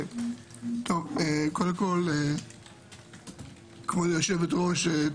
קודם כל כבוד יושבת הראש,